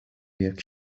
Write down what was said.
jak